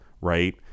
right